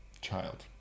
Child